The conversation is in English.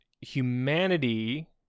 humanity